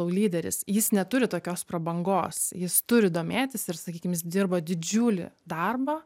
lyderis jis neturi tokios prabangos jis turi domėtis ir sakykim jis dirba didžiulį darbą